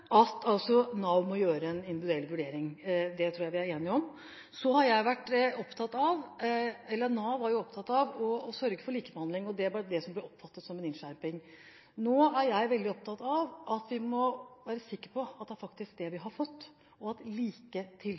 vi er enige om. Så har Nav vært opptatt av å sørge for likebehandling, og det var det som ble oppfattet som en innskjerping. Nå er jeg veldig opptatt av at vi må være sikre på at det er likebehandling vi faktisk har fått, og at like